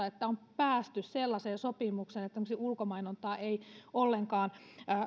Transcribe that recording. että on päästy sellaiseen sopimukseen että tämmöistä ulkomainontaa ei ollenkaan